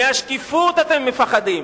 מהשקיפות אתם מפחדים.